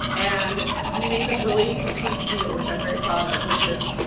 and we made this really sweet deal, which i'm very proud of, which is,